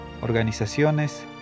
organizaciones